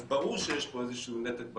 אז ברור שיש פה איזה שהוא נתק בתקשורת.